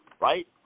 right